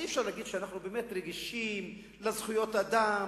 אז אי-אפשר להגיד שאנחנו רגישים לזכויות אדם